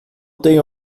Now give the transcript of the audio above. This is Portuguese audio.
tenho